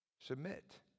Submit